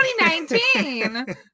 2019